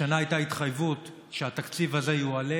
השנה הייתה התחייבות שהתקציב הזה יועלה